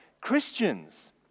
Christians